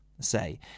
say